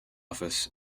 office